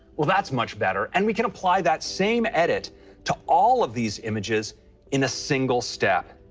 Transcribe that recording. well, that's much better. and we can apply that same edit to all of these images in a single step.